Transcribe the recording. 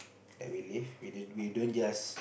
that we live we didn't we don't just